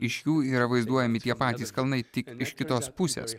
iš jų yra vaizduojami tie patys kalnai tik iš kitos pusės